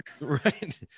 Right